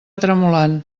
tremolant